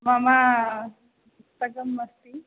मम पुस्तकम् अस्ति